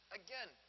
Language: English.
again